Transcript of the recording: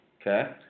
Okay